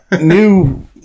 new